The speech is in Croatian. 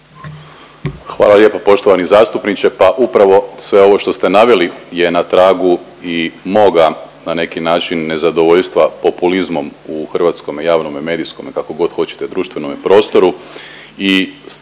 Hvala lijepa poštovani zastupniče, pa upravo sve ovo što ste naveli je na tragu i moga na neki način nezadovoljstva populizmom u hrvatskome javnome, medijskom kako god hoćete društvenom prostoru